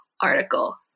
article